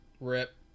Rip